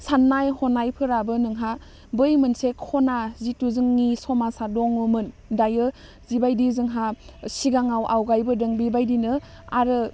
सान्नाय हनायफोराबो नोंहा बै मोनसे खना जिथु जोंनि समाजआ दङोमोन दायो जिबायदि जोंहा सिगाङाव आवगायबोदों बिबायदिनो आरो